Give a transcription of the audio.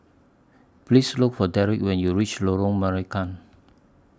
Please Look For Derek when YOU REACH Lorong Marican